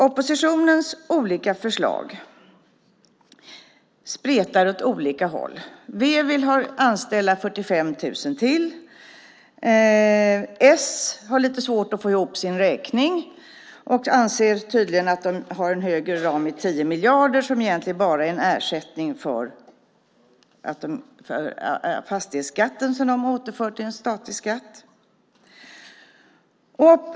Oppositionens olika förslag spretar åt olika håll. V vill anställa 45 000 till. S har lite svårt att få ihop sin räkning och anser tydligen att det har en högre ram med 10 miljarder. Det är egentligen bara en ersättning för fastighetsskatten som de återför till en statlig skatt.